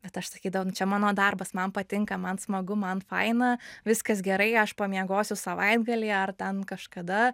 bet aš sakydavau nu čia mano darbas man patinka man smagu man faina viskas gerai aš pamiegosiu savaitgalį ar ten kažkada